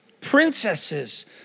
princesses